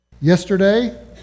Yesterday